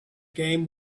game